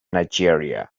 nigeria